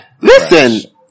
Listen